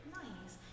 nice